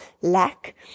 lack